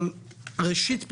אבל צריך ראשית פתרון,